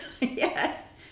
yes